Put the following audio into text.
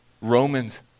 Romans